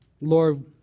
Lord